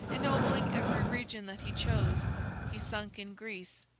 ennobling every region that he chose he sunk in greece,